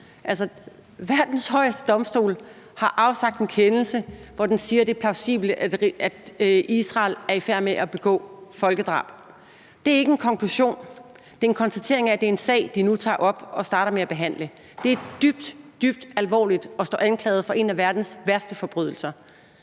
verdens højeste domstol har afsagt en kendelse, hvor den siger, at det er plausibelt, at Israel er i færd med at begå folkedrab. Det er ikke en konklusion. Det er en konstatering af, at det er en sag, de nu tager op og starter med at behandle. Det er dybt, dybt alvorligt at stå anklaget for en af verdens værste forbrydelser.